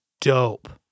dope